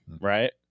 right